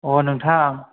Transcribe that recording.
नोंथां